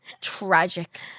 Tragic